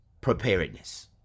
preparedness